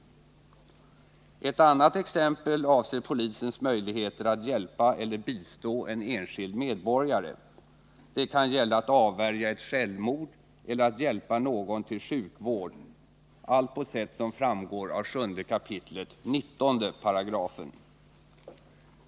Ett annat exempel avser polisens möjligheter att hjälpa eller bistå en enskild medborgare — det kan gälla att avvärja ett självmord eller att hjälpa någon till sjukvård, allt på sätt som framgår av 7 kap. 19 §.